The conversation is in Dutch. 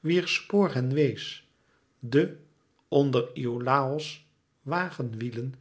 wier spoor hen wees de onder iolàos wagenwielen